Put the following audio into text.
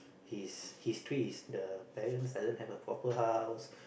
his history is the parents doesn't have a proper house